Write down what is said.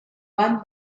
van